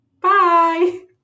Bye